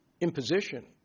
imposition